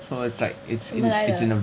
so it's like it's in it's in a valley